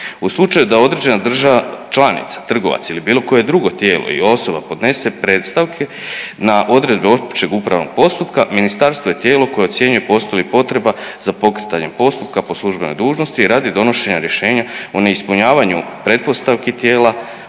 U slučaju da određena država članica, trgovac ili bilo koje drugo tijelo ili osoba podnese predstavke na odredbe općeg upravnog postupka ministarstvo je tijelo koje ocjenjuje postoji li potreba za pokretanje postupka po službenoj dužnosti radi donošenja rješenja o neispunjavanju pretpostavki tijela